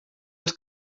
els